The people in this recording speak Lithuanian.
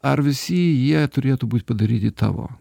ar visi jie turėtų būt padaryti tavo